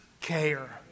care